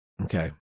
Okay